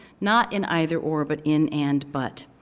not in either or, but in and but.